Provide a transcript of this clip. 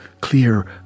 clear